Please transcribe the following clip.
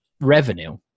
revenue